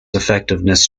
effectiveness